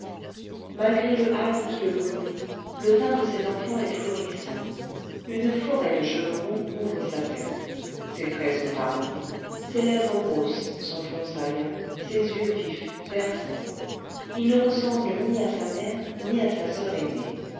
malgré le hâle qui le brunit le teint de cet enfant est florissant une forêt de cheveux roux couvre sa tête ses traits sont arrondis ses lèvres grosses son front saillant ses yeux vifs perçants il ne ressemble ni à sa mère ni à sa soeur aînée